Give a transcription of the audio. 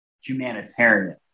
humanitarian